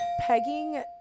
pegging